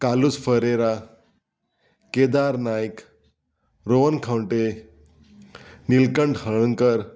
Kalus Pereira Kedar Naik Rohan Khaunte Nilkanth Halarnkar